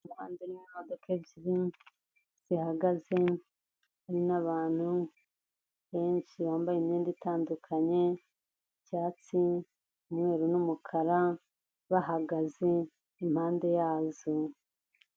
Umuhanda urimo imodoka ebyiri zihagaze, hari n'abantu benshi bambaye imyenda itandukanye, icyatsi, umweru n'umukara, bahagaze impande yazo.